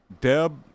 Deb